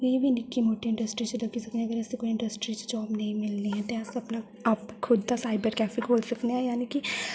कोई बी निक्की मुट्टी इंडस्ट्री च लग्गी सकने अगर अस कोई इंडस्ट्री च जाब नेईं मिलनी ऐ ते अस अपना आप खुद दा साइबर कैफे खोह्ली सकने जानि के